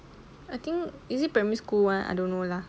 I think is it primary school one I don't know lah